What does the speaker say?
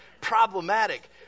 problematic